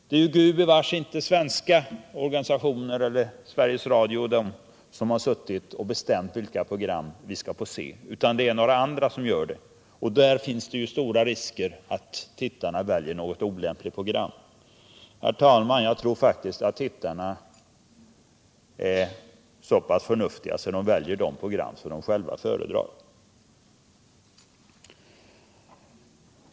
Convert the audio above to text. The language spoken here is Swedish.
Det är gubevars inte svenska organisationer eller Sveriges Radio som har suttit och bestämt vilka program vi skall få se utan några andra, och därför finns det stora risker att tittarna väljer något olämpligt program. Herr talman! Jag tror faktiskt att tittarna är så pass förnuftiga att de väljer de program som de själva föredrar.